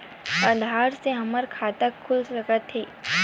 आधार से हमर खाता खुल सकत हे?